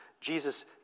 Jesus